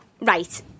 right